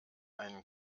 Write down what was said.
einen